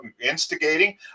instigating